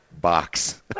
box